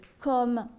comme